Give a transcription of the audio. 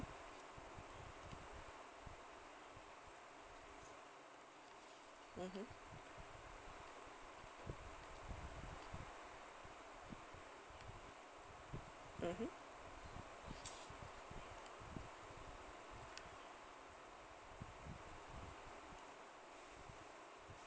mmhmm mmhmm